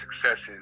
successes